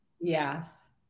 Yes